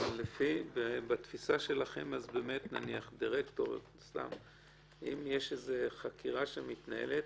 לפי התפיסה שלכם, אם יש חקירה שמתנהלת,